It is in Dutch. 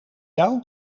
jou